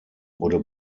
wurde